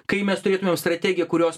kai mes turėtumėm strategiją kurios